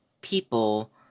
people